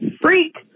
freak